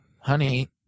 honey